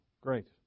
Great